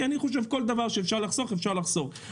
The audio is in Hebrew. כי בכל דבר שאפשר לחסוך צריך לחסוך.